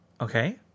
Okay